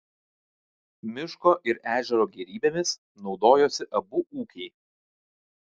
miško ir ežero gėrybėmis naudojosi abu ūkiai